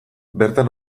bertan